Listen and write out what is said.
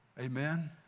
Amen